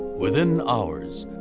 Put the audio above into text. within hours,